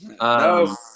No